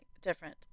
Different